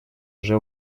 уже